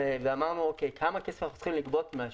ואמרנו: כמה כסף אנחנו צריכים לגבות מן